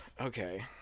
Okay